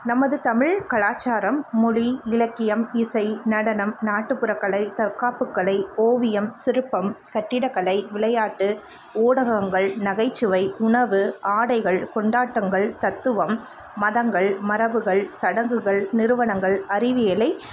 நமது தமிழ் கலாச்சாரம் மொழி இலக்கியம் இசை நடனம் நாட்டுப்புறக்கலை தற்காப்புக்கலை ஓவியம் சிற்பம் கட்டிடக்கலை விளையாட்டு ஊடகங்கள் நகைச்சுவை உணவு ஆடைகள் கொண்டாட்டங்கள் தத்துவம் மதங்கள் மரபுகள் சடங்குகள் நிறுவனங்கள் அறிவியலை